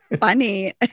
funny